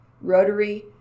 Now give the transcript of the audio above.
Rotary